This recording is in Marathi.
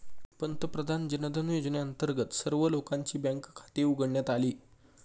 पंतप्रधान जनधन योजनेअंतर्गत सर्व लोकांची बँक खाती उघडण्यात आली